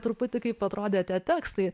truputį kaip atrodė tie tekstai